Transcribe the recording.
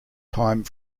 time